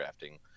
crafting